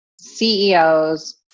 CEOs